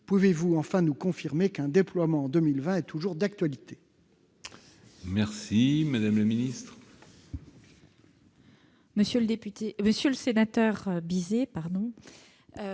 Pouvez-vous, enfin, nous confirmer qu'un déploiement en 2020 est toujours d'actualité ?